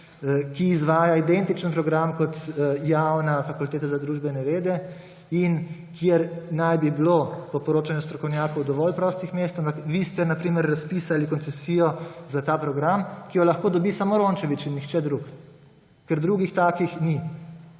ki izvaja identičen program kot javna Fakulteta za družbene vede in kjer naj bi bilo po poročanju strokovnjakov dovolj prostih mest, ampak vi ste, na primer, razpisali koncesijo za ta program, ki jo lahko dobi samo Rončević in nihče drug, ker drugih takih ni.